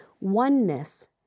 Oneness